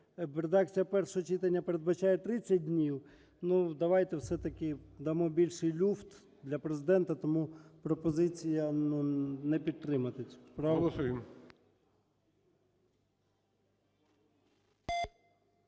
Редакція першого читання передбачає 30 днів. Ну давайте все-таки дамо більший люфт для Президента. Тому пропозиція не підтримати